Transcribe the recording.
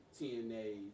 TNA